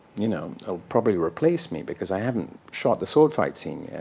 you know ah probably replace me, because i hadn't shot the sword fight scene yet.